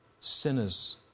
sinners